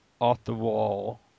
off-the-wall